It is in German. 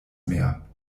mehr